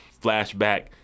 flashback